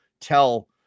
tell